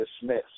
dismissed